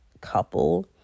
couple